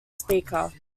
speaker